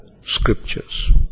scriptures